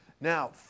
Now